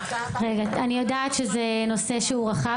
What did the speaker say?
להלן תרגומם: אני יודעת שזה נושא שהוא רחב,